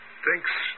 thinks